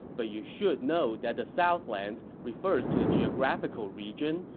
but you should know that the southlands refers to the geographical region,